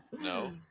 No